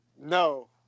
no